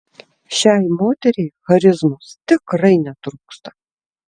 šiai moteriai charizmos tikrai netrūksta